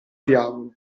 diavolo